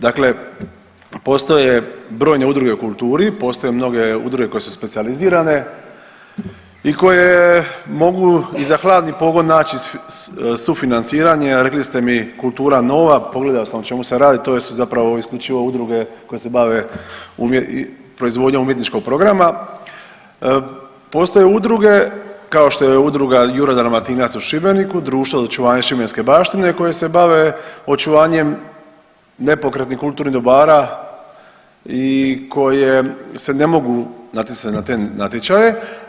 Dakle, postoje brojne udruge u kulturi, postoje mnoge udruge koje su specijalizirane i koje mogu i za hladni pogon naći sufinanciranje, a rekli ste mi „Kultura nova“ pogledao sam o čemu se radi, to su zapravo isključivo udruge koje se bave proizvodnjom umjetničkog programa, postoje udruge kao što je udruga „Juraj Dalmatinac“ u Šibeniku, Društvo za očuvanje šibenske baštine koji se bave očuvanjem nepokretnih kulturnih dobara i koje se ne mogu natjecati na te natječaje.